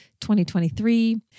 2023